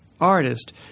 artist